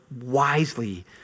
wisely